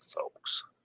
folks